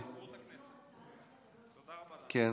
כן.